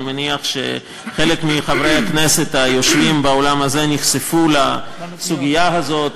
אני מניח שחלק מחברי הכנסת היושבים באולם הזה נחשפו לסוגיה הזאת,